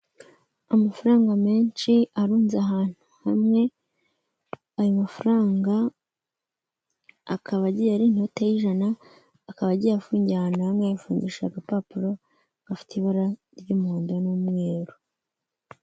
Amafaranga menshi arunze ahantu hamwe, ayo mafaranga akaba agiye ari inote y'ijana, akaba agiye afungiye ahantu hamwe, afungisha agapapuro gafite ibara ry'umuhondo n'umweru.